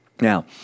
Now